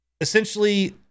essentially